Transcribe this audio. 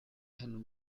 and